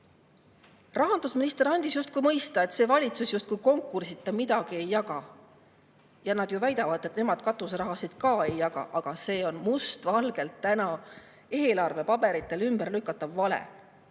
Rahandusminister andis justkui mõista, et see valitsus konkursita midagi ei jaga. Nad väidavad, et nemad katuserahasid ei jaga, aga see on must valgel täna eelarvepaberitel ümberlükatav vale.